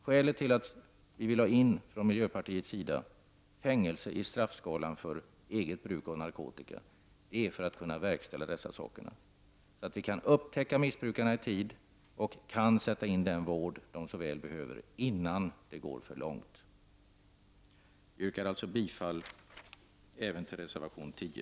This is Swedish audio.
Skälet till att vi från miljöpartiets sida vill ha fängelsestraff för eget bruk av narkotika är att vi vill kunna tillgripa tvångsmedel. Vi vill upptäcka missbrukarna i tid och sätta in den vård som de såväl behöver innan missbruket går för långt. Jag yrkar bifall till reservation 10.